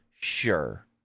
Sure